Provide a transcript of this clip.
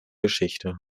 geschichte